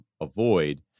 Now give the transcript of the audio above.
avoid